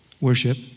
Worship